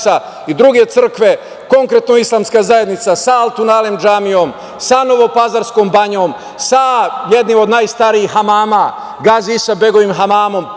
i druge crkve, konkretno Islamska zajednica sa Altun-alem džamijom, sa Novopazarskom banjom, sa jednim od najstarijih hamama, sa Gazi Isa begovim hamamom,